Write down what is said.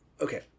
Okay